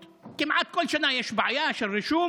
כמעט כל שנה יש בעיה של רישום,